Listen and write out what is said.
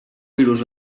virus